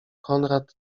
konrad